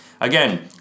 Again